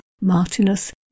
Martinus